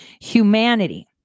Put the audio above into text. humanity